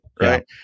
right